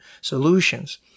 solutions